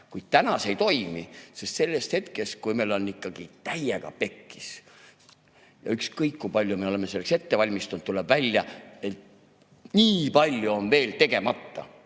Kuid täna see ei toimi, sest sel hetkel on ikka täiega pekkis, ja ükskõik kui palju me oleme selleks valmistunud, tuleb välja, et nii palju on veel tegemata.